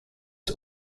the